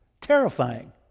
Terrifying